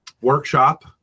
workshop